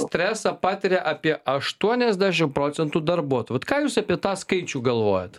stresą patiria apie aštuoniasdešimt procentų darbuotojų vat ką jūs apie tą skaičių galvojat